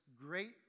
great